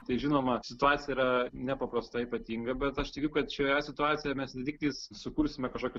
tai žinoma situacija yra nepaprastai ypatinga bet aš tikiu kad šioje situacijoje mes ne tiktais sukursime kažkokį